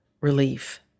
relief